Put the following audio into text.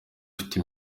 ufite